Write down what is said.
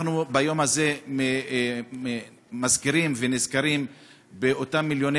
אנחנו ביום הזה מזכירים ונזכרים באותם מיליוני